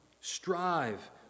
Strive